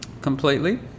completely